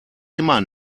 immer